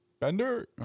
Bender